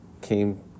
came